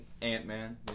Ant-Man